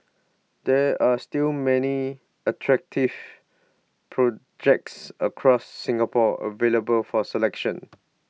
there are still many attractive projects across Singapore available for selection